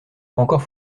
encore